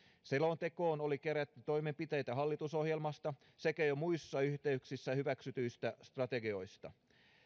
selontekoon oli kerätty toimenpiteitä hallitusohjelmasta sekä jo muissa yhteyksissä hyväksytyistä strategioista